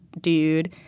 dude